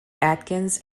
adkins